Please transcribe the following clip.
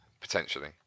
potentially